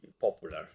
popular